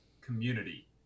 community